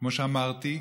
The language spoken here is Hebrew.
כמו שאמרתי.